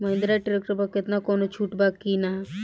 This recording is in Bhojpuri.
महिंद्रा ट्रैक्टर पर केतना कौनो छूट बा कि ना?